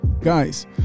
guys